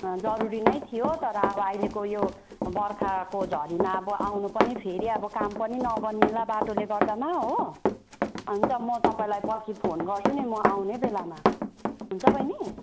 जरुरी नै थियो तर अब अहिलेको यो बर्खाको झरीमा अब आउनु पनि फेरि अब काम पनि नबनिएला बाटोले गर्दामा हो हुन्छ म तपाईँलाई पछि फोन गर्छु नि म आउने बेलामा हुन्छ बहिनी